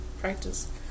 practice